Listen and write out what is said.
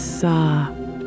soft